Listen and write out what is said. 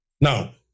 Now